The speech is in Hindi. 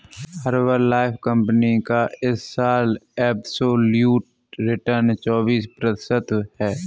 हर्बललाइफ कंपनी का इस साल एब्सोल्यूट रिटर्न चौबीस प्रतिशत है